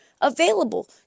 available